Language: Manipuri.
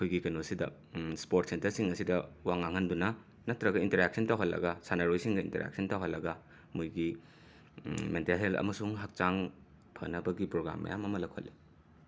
ꯑꯩꯈꯣꯏꯒꯤ ꯀꯩꯅꯣꯁꯤꯗ ꯁ꯭ꯄꯣꯔꯠꯁ ꯁꯦꯟꯇꯔꯁꯤꯡ ꯑꯁꯤꯗ ꯋꯥ ꯉꯥꯡꯍꯟꯗꯨꯅ ꯅꯠꯇ꯭ꯔꯒ ꯏꯟꯇꯔꯦꯛꯁꯟ ꯇꯧꯍꯜꯂꯒ ꯁꯥꯟꯅꯔꯣꯏꯁꯤꯡꯒ ꯏꯟꯇꯔꯦꯛꯁꯟ ꯇꯧꯍꯜꯂꯒ ꯃꯣꯏꯒꯤ ꯃꯦꯟꯇꯦꯜ ꯍꯦꯜꯠ ꯑꯃꯁꯨꯡ ꯍꯛꯆꯥꯡ ꯐꯅꯕꯒꯤ ꯄ꯭ꯔꯣꯒ꯭ꯔꯥꯝ ꯃꯌꯥꯝ ꯑꯃ ꯂꯧꯈꯠꯂꯤ